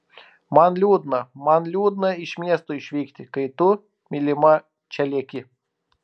man liūdna man liūdna iš miesto išvykti kai tu mylima čia lieki